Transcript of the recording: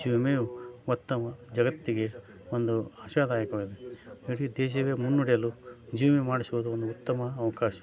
ಜೀವ ವಿಮೆಯು ಮೊತ್ತ ಮ ಜಗತ್ತಿಗೆ ಒಂದು ಆಶಾದಾಯಕವಾಗಿದೆ ಇಡೀ ದೇಶವೆ ಮುನ್ನುಡಿಯಲು ಜೀವ ವಿಮೆ ಮಾಡಿಸುವುದು ಒಂದು ಉತ್ತಮ ಅವಕಾಶ